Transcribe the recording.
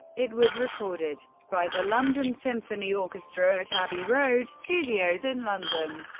it was recorded by the london symphony orchestra at abbey road studios in london.